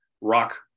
rock